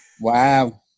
Wow